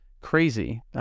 crazy